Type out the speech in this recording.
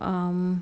um